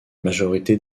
majorité